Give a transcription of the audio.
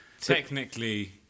Technically